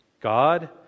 God